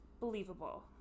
believable